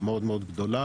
מאוד מאוד גדולה,